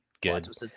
good